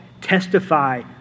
testify